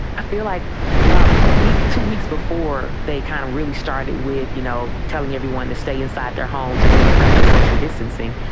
i feel like about a week, two weeks before they kind of really started with, you know, telling everyone to stay inside their homes and really practice social distancing.